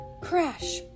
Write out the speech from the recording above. crash